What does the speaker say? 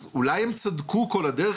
אז אולי הם צדקו כל הדרך,